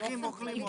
הנכים אוכלים אותה.